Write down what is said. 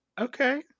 Okay